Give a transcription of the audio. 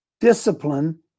discipline